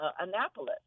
Annapolis